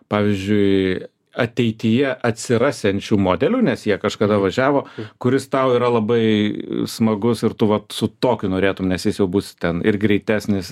pavyzdžiui ateityje atsirasiančių modelių nes jie kažkada važiavo kuris tau yra labai smagus ir tu vat su tokiu norėtum nes jis jau bus ten ir greitesnis